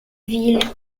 ville